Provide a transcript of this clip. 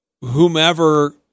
whomever